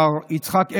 של מר יצחק הרצוג,